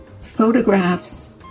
photographs